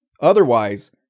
Otherwise